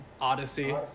Odyssey